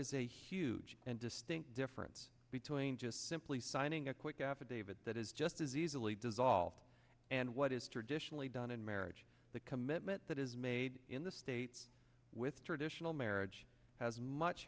is a huge and distinct difference between just simply signing a quick affidavit that is just as easily dissolved and what is traditionally done in marriage the commitment that is made in the states with traditional marriage has much